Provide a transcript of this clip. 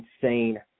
insane